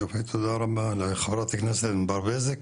תודה רבה לחברת הכנסת ענבר בזק,